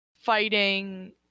fighting